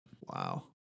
wow